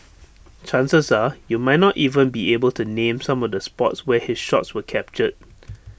chances are you might not even be able to name some of the spots where his shots were captured